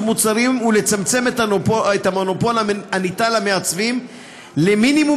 מוצרים ולצמצם את המונופול הניתן למעצבים למינימום